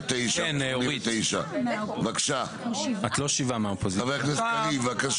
89-88. בבקשה, חבר הכנסת קריב.